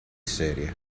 serie